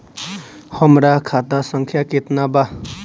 हमरा खाता संख्या केतना बा?